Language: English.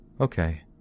okay